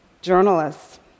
journalists